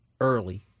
early